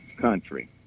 country